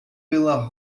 pela